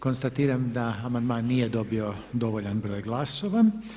Konstatiram da amandman nije dobio dovoljan broj glasova.